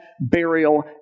burial